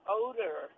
odor